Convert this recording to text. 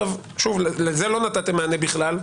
שלזה לא נתתם מענה בכלל,